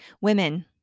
women